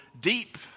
deep